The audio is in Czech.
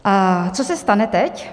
A co se stane teď?